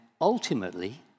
ultimately